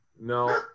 No